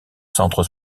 centre